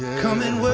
come and